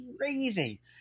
crazy